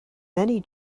many